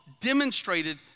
demonstrated